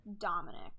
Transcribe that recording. Dominic